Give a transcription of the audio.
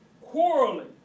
quarreling